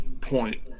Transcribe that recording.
point